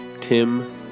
tim